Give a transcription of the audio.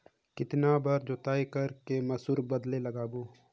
कितन बार जोताई कर के मसूर बदले लगाबो?